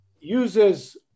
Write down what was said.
uses